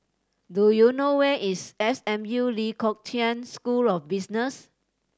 do you know where is S M U Lee Kong Chian School of Business